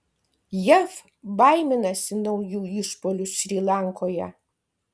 jav baiminasi naujų išpuolių šri lankoje